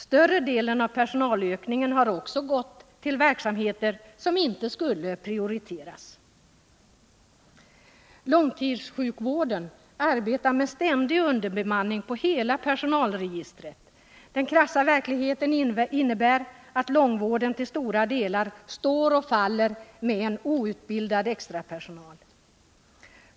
Större delen av personalökningen har också gått till verksamheter som inte skulle prioriteras. Långtidssjukvården arbetar med ständig underbemanning på hela personalregistret. Den krassa verkligheten innebär att långvård den till stora delar står och faller med en outbildad extrapersonal.